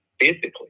physically